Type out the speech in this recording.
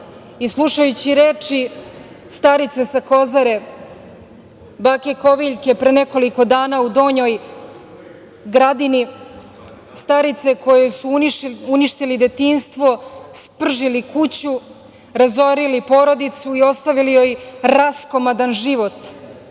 Slušajući reči starice sa Kozare, bake Koviljke, pre nekoliko dana u Donjoj Gradini, starice kojoj su uništili detinjstvo, spržili kuću, razorili porodicu i ostavili joj raskomadan život,